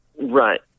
Right